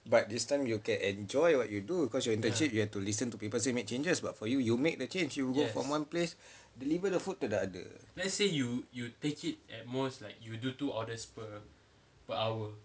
but this time you can enjoy what you do cause your internship you have to listen to people say make changes but for you you make the change you go from one place deliver the food to the other